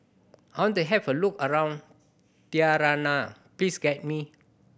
I want to have a look around Tirana please guide me